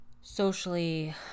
socially